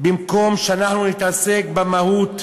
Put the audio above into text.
במקום שאנחנו נתעסק במהות,